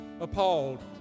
appalled